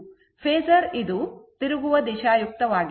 phasor ಇದು ತಿರುಗುವ ದಿಶಾಯುಕ್ತವಾಗಿದೆ